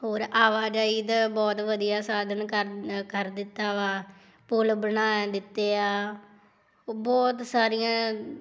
ਹੋਰ ਆਵਾਜਾਈ ਦਾ ਬਹੁਤ ਵਧੀਆ ਸਾਧਨ ਕਰ ਕਰ ਦਿੱਤਾ ਵਾ ਪੁਲ ਬਣਾ ਦਿੱਤੇ ਆ ਉਹ ਬਹੁਤ ਸਾਰੀਆਂ